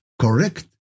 correct